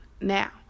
now